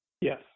Yes